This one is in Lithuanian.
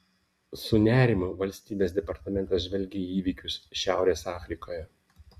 su nerimu valstybės departamentas žvelgia į įvykius šiaurės afrikoje